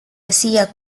hacía